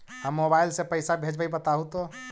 हम मोबाईल से पईसा भेजबई बताहु तो?